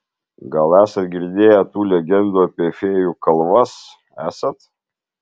gal esat girdėję tų legendų apie fėjų kalvas esat